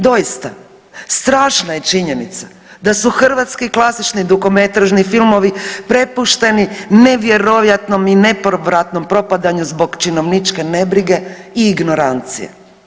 Doista, strašna je činjenica da su hrvatski klasični dugometražni filmovi prepušteni nevjerojatnom i nepovratnom propadanju zbog činjeničke nebrige i ignorancije.